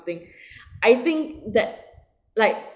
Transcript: ~thing I think that like